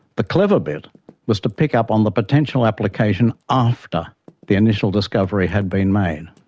the clever bit was to pick up on the potential application after the initial discovery had been made.